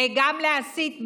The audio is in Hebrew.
וגם להסית,